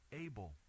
able